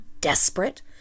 desperate